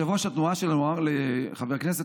יושב-ראש התנועה שלנו אמר לחבר הכנסת